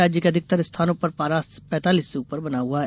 राज्य के अधिकतर स्थानों पर पारा पैतालीस से ऊपर बना हआ है